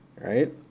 right